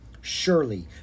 Surely